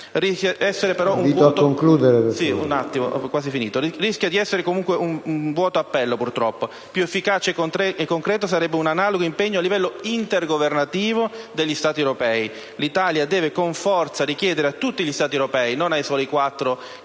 Rischia di essere comunque un vuoto appello, purtroppo; più efficace e concreto sarebbe un analogo impegno a livello intergovernativo degli Stati europei. L'Italia deve con forza richiedere a tutti gli Stati europei, non ai soli quattro